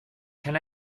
can